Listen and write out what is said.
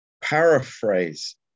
paraphrase